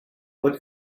but